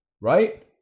Right